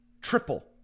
triple